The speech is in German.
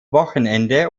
wochenende